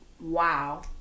Wow